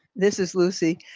this is lucy.